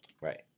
Right